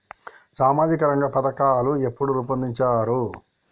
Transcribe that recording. సామాజిక రంగ పథకాలు ఎప్పుడు రూపొందించారు?